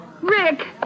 Rick